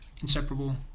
inseparable